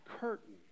curtain